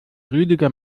rüdiger